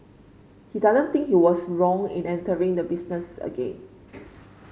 he doesn't think he was wrong in entering the business again